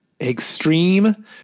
extreme